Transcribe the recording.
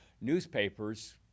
newspapers